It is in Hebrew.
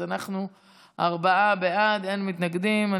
ארבעה בעד, אין מתנגדים.